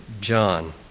John